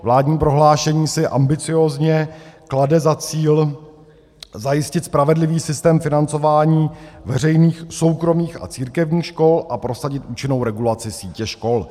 Vládní prohlášení si ambiciózně klade za cíl zajistit spravedlivý systém financování veřejných, soukromých a církevních škol a prosadit účinnou regulaci sítě škol.